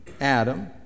Adam